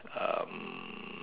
um